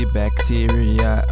bacteria